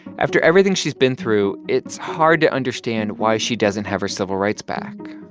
after everything she's been through, it's hard to understand why she doesn't have her civil rights back.